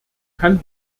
kann